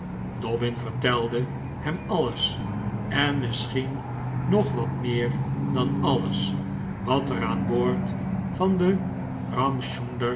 dobbin vertelde hem alles en misschien nog wat meer dan alles wat er aan boord van den